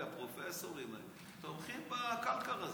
אלה, הפרופסורים האלה, תומכים בקלקר הזה.